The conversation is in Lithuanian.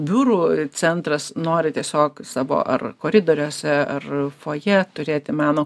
biurų centras nori tiesiog savo ar koridoriuose ar fojė turėti meno